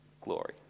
glory